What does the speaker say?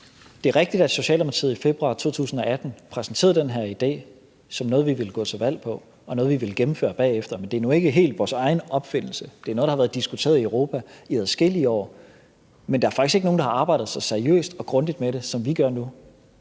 Det er rigtigt, at Socialdemokratiet i februar 2018 præsenterede den her idé som noget, vi ville gå til valg på, og noget, vi ville gennemføre bagefter, men det er nu ikke helt vores egen opfindelse. Det er noget, der har været diskuteret i Europa i adskillige år, men der er faktisk ikke nogen, der har arbejdet så seriøst og grundigt med det, som vi gør nu.